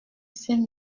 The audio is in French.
ces